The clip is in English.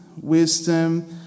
wisdom